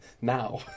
now